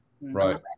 Right